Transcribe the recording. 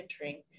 entering